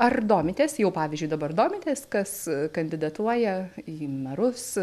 ar domitės jau pavyzdžiui dabar domitės kas kandidatuoja į merus